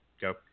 Go